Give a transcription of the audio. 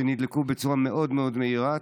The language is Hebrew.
שנדלקו בצורה מאוד מאוד מהירה,